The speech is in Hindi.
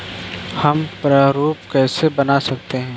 हम प्रारूप कैसे बना सकते हैं?